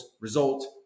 result